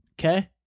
okay